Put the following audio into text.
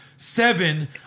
seven